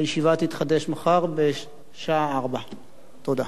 הישיבה תתחדש מחר בשעה 16:00. תודה.